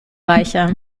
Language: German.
reicher